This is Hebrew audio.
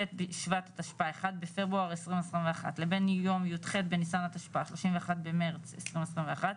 בשבט התשפ"א 1 בפברואר 2021 לבין יום י"ח בניסן התשפ"א 31 במארס 2021,